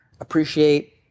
appreciate